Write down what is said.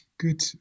good